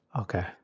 Okay